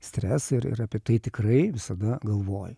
stresą ir ir apie tai tikrai visada galvoji